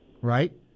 right